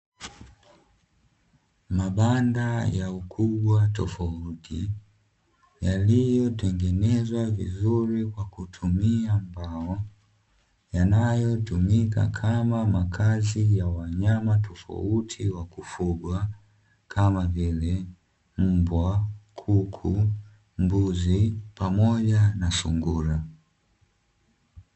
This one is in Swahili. Mabanda ya ukubwa tofauti yaliyotengenezwa vizuri kwa kutumia mbao, yanayotumika kama makazi ya wanyama tofauti wa kufugwa kama vile: mbwa kuku mbuzi pamoja na sungura.